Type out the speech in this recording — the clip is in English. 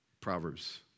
Proverbs